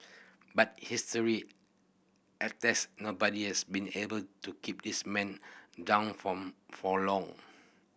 but history attests nobody has been able to keep this man down form for long